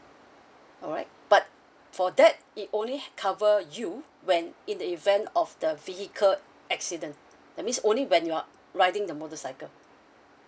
alright but for that it only ha~ cover you when in the event of the vehicle accident that means only when you're riding the motorcycle